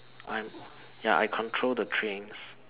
I'm ya I control the trains